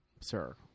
sir